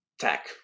tech